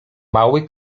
mały